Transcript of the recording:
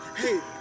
hey